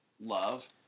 love